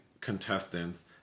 contestants